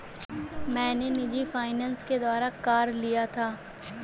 मैं निजी फ़ाइनेंस के द्वारा कार लिया था